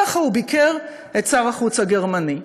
ככה הוא ביקר את שר החוץ הגרמני.